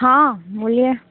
हाँ बोलिए